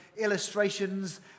illustrations